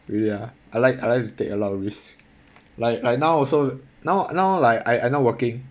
really ya I like I like to take a lot of risk like like now also now now like I I not working